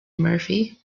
murphy